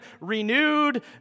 renewed